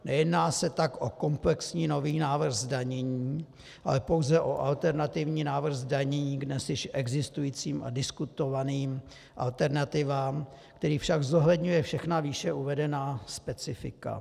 Nejedná se tak o komplexní nový návrh zdanění, ale pouze o alternativní návrh zdanění k dnes již existujícím a diskutovaným alternativám, který však zohledňuje všechna výše uvedená specifika.